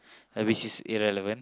uh which is irrelevant